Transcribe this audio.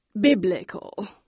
biblical